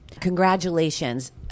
congratulations